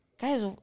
Guys